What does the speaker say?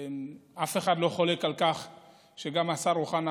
אף אחד לא חולק על כך שגם השר אוחנה